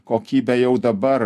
kokybė jau dabar